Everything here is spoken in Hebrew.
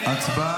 --- את רוצה?